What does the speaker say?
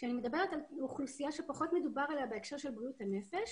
כשאני מדברת על אוכלוסייה שפחות מדובר עליה בהקשר של בריאות הנפש.